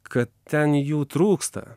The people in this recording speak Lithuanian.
kad ten jų trūksta